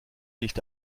nicht